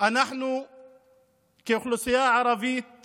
אנחנו כאוכלוסייה ערבית